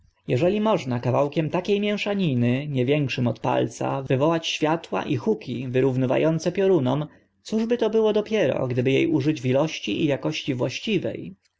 jeżeli można kawałkiem takie mięszaniny nie większym od palca wywołać światła i huki wyrównywa ące piorunom cóż by to było dopiero gdyby e użyto w ilości i akości właściwe